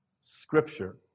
Scripture